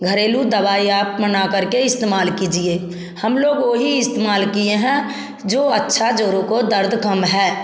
घरेलू दवाई आप बना करके इस्तेमाल कीजिए हम लोग वही इस्तेमाल किए हैं जो अच्छा जोड़ों का दर्द कम है